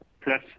plus